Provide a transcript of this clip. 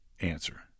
answer